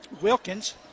Wilkins